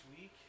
week